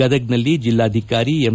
ಗದಗನಲ್ಲಿ ಜಿಲ್ಲಾಧಿಕಾರಿ ಎಂ